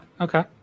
Okay